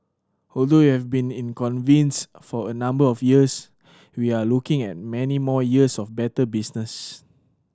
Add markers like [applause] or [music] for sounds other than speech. although we have been [unintelligible] for a number of years we are looking at many more years of better business